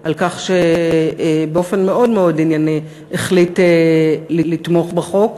על כך שבאופן מאוד מאוד ענייני החליט לתמוך בחוק,